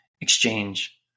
exchange